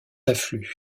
affluent